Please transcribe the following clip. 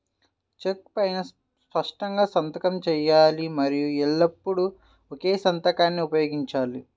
చెక్కు పైనా స్పష్టంగా సంతకం చేయాలి మరియు ఎల్లప్పుడూ ఒకే సంతకాన్ని ఉపయోగించాలి